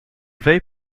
veille